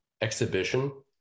exhibition